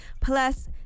Plus